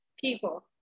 people